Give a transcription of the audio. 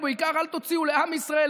ובעיקר אל תוציאו לעם ישראל,